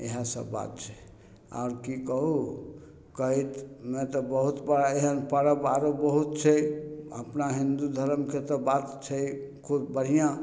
इएह सब बात छै आओर की कहू कहयमे तऽ बहुत बड़ा एहन पर्व पर्व औरो बहुत छै अपना हिन्दू धरमके तऽ बात छै खूब बढ़िआँ